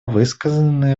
высказанные